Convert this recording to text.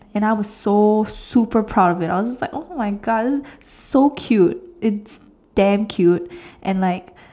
and I was so super proud of it I was just like oh my God this is so cute it's damn cute and like